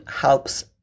helps